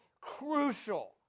crucial